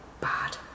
bad